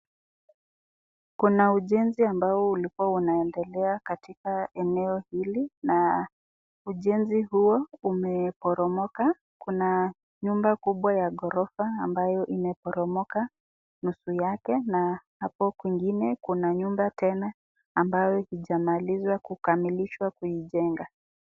kuna ujenzi ambaye ulikua unaendelea katika eneo hili, na ujenzi huo umeporomoka, nyumba kubwa ya gorofa ambayo imeporomoka nusu yake na apo kwingine kuna nyumba tena ambayo hijakamilishwa kuijenga.